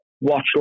watch